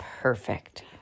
Perfect